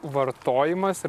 vartojimas ir